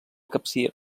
capcir